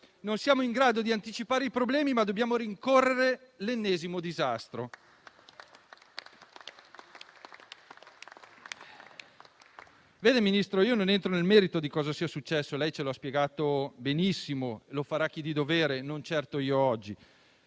non siamo in grado di anticipare i problemi, ma dobbiamo rincorrere l'ennesimo disastro. Signor Ministro, non entro nel merito di cosa sia successo, che ci ha spiegato benissimo; lo farà chi di dovere, non certo io oggi.